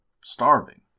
starving